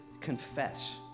confess